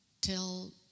till